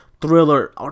thriller